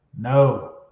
no